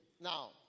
Now